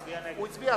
הוא הצביע?